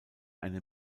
eine